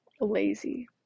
lazy